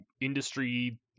industry